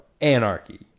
Anarchy